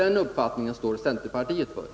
Den uppfattningen står centerpartiet bakom.